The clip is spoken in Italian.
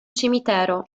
cimitero